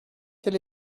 quel